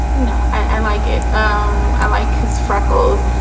you know, i like it. um i like his freckles.